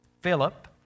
Philip